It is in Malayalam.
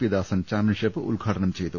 പി ദാസൻ ചാമ്പ്യൻഷിപ്പ് ഉദ്ഘാടനം ചെയ് തു